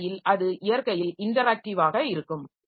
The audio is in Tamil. அந்த வகையில் அது இயற்கையில் இன்டராக்டிவாக இருக்கும்